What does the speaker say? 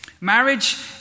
Marriage